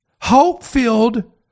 hope-filled